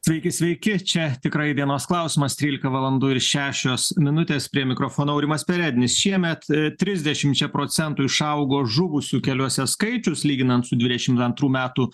sveiki sveiki čia tikrai dienos klausimas trylika valandų ir šešios minutės prie mikrofono aurimas perednis šiemet trisdešimčia procentų išaugo žuvusių keliuose skaičius lyginant su dvidešimt antrų metų